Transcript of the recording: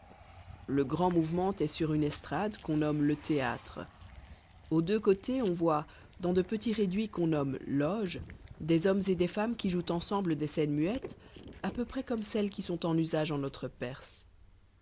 le grand mouvement est sur une estrade qu'on nomme le théâtre aux deux côtés on voit dans de petits réduits qu'on nomme loges des hommes et des femmes qui jouent ensemble des scènes muettes à peu près comme celles qui sont en usage en notre perse